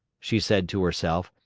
she said to herself,